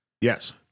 Yes